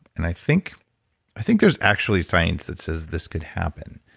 and i think i think there's actually science that says this could happen.